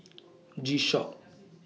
G Shock